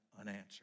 unanswered